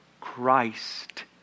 Christ